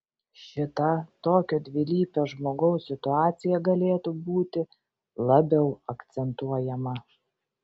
šita tokio dvilypio žmogaus situacija galėtų būti labiau akcentuojama